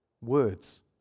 words